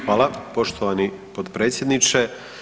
Hvala poštovani potpredsjedniče.